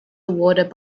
awarded